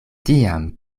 tiam